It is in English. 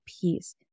peace